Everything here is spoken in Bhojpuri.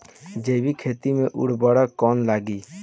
जैविक खेती मे उर्वरक कौन लागी?